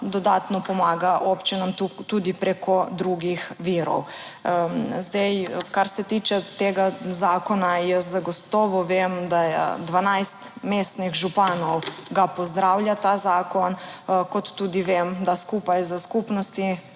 dodatno pomaga občinam tudi preko drugih virov. Zdaj, kar se tiče tega zakona, jaz zagotovo vem, da je, 12 mestnih županov, ga pozdravlja ta zakon. Kot tudi vem, da skupaj s Skupnosti